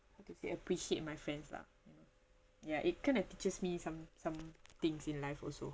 how to say appreciate my friends lah you know ya it kind of teaches me some some things in life also